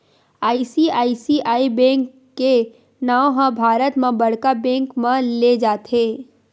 ICICI bank के नांव ह भारत म बड़का बेंक म लेय जाथे